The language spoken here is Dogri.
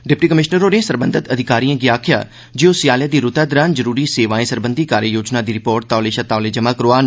डिप्टी कमिशनर होरें सरबंधत अधिकारिए गी आखेआ जे ओह् स्याले दी रूतै दौरान जरूरी सेवाएं सरबंधी कार्य योजना दी रिपोर्ट तौले शा तौले जमा करोआन